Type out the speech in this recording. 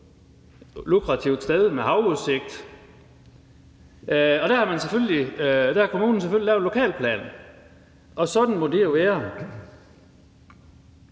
lukrativt sted med havudsigt. Der har kommunen selvfølgelig lavet en lokalplan, og sådan må det jo være.